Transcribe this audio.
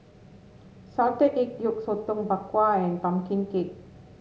Salted Egg Yolk Sotong Bak Kwa and pumpkin cake